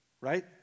right